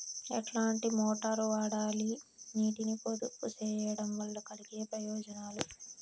ఎట్లాంటి మోటారు వాడాలి, నీటిని పొదుపు సేయడం వల్ల కలిగే ప్రయోజనాలు?